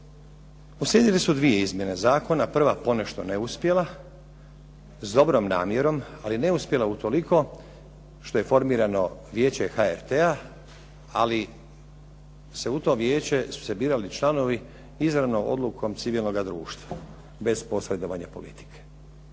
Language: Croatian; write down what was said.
Uslijedile su dvije izmjene zakona, prva ponešto neuspjela, s dobrom namjerom, ali neuspjela utoliko što je formirano Vijeće HRT-a ali se u to vijeće su se birali članovi izravno odlukom civilnoga društva, bez posredovanja politike.